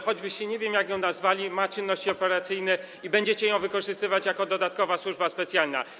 Choćbyście nie wiem jak ją nazwali, ma czynności operacyjne i będziecie ją wykorzystywać jako dodatkową służbę specjalną.